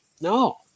no